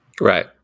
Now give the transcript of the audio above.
Right